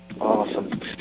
Awesome